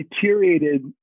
deteriorated